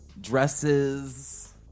dresses